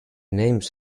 names